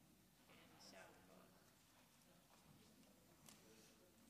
במוצ"ש האחרון יצאו כרבע מיליון